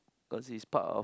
cause it's part of